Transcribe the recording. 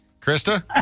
Krista